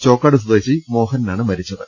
ചോക്കാട് സ്വദേശി മോഹനനാണ് മരിച്ചത്